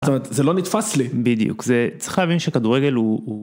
זה לא נתפס לי. בדיוק, זה צריך להבין שכדורגל הוא